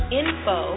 info